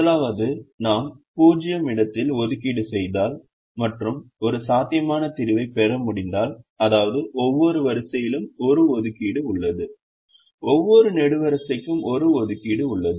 முதலாவது நாம் 0 இடத்தில் ஒதுக்கீடு செய்தால் மற்றும் ஒரு சாத்தியமான தீர்வைப் பெற முடிந்தால் அதாவது ஒவ்வொரு வரிசையிலும் ஒரு ஒதுக்கீடு உள்ளது ஒவ்வொரு நெடுவரிசைக்கும் ஒரு ஒதுக்கீடு உள்ளது